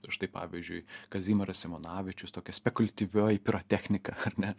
štai pavyzdžiui kazimieras simonavičius tokia spekuliatyvioji pirotechnika ar ne